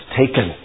taken